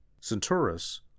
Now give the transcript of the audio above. Centaurus